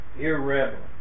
irreverent